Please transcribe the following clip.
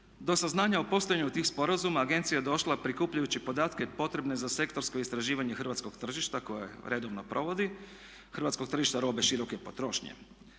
Do saznanja o postojanju tih sporazuma agencija je došla prikupljajući podatke potrebne za sektorsko istraživanje hrvatskog tržišta koje redovno provodi, hrvatskog tržišta robe široke potrošnje.